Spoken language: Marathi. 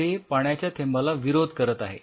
ते पाण्याच्या थेंबाला विरोध करत आहे